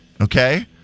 okay